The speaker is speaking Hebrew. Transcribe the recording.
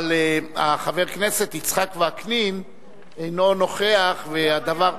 אבל חבר הכנסת יצחק וקנין אינו נוכח והדבר,